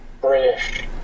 British